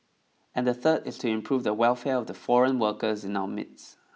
and the third is to improve the welfare of the foreign workers in our midst